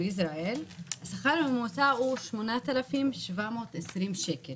השכר הממוצע הוא 8,720 שקל